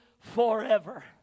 Forever